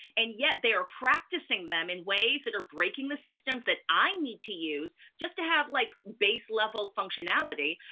and yet they are practicing them in ways that are breaking the systems that i need to use, just to have like base level functionality,